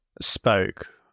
spoke